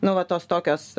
nu va tos tokios